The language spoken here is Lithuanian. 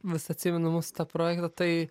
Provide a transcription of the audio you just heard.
vis atsimenu mūsų tą projektą tai